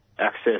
access